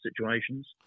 situations